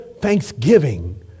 thanksgiving